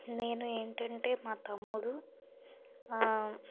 నేను ఏంటంటే మా తమ్ముడు